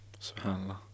Subhanallah